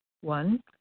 One